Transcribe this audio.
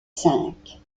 cinq